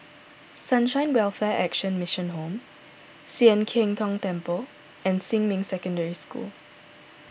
Sunshine Welfare Action Mission Home Sian Keng Tong Temple and Xinmin Secondary School